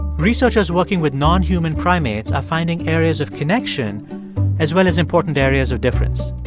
researchers working with nonhuman primates are finding areas of connection as well as important areas of difference.